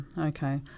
okay